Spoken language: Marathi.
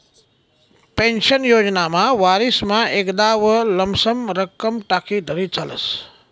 पेन्शन योजनामा वरीसमा एकदाव लमसम रक्कम टाकी तरी चालस